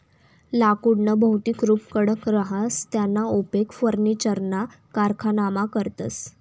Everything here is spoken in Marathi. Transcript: लाकुडनं भौतिक रुप कडक रहास त्याना उपेग फर्निचरना कारखानामा करतस